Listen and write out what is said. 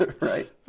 Right